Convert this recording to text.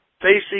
facing